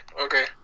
okay